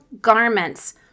garments